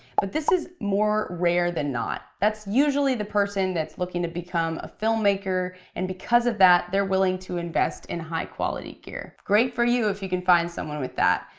but this is more rare than not. that's usually the person that's looking to become a filmmaker, and because of that they're willing to invest in high quality gear. great for you if you can find someone with that,